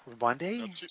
Monday